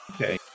Okay